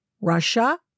Russia